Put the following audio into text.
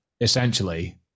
essentially